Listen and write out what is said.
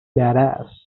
badass